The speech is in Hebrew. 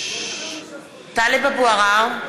טלב אבו עראר,